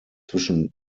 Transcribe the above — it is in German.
zwischen